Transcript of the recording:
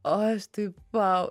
o aš taip vau